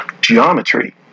geometry